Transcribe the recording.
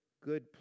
good